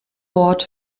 mord